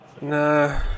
Nah